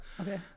okay